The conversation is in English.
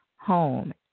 HOME